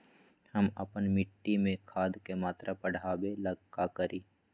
हम अपना मिट्टी में खाद के मात्रा बढ़ा वे ला का करी?